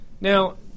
Now